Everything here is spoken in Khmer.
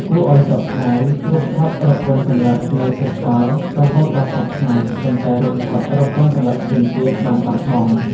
គួរឱ្យសោកស្ដាយ រូបថតរាប់ពាន់សន្លឹកនៅសេសសល់រហូតដល់សព្វថ្ងៃ ប៉ុន្តែរូបថតរាប់ពាន់សន្លឹកផ្សេងទៀតបានបាត់បង់។